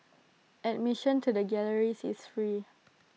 admission to the galleries is free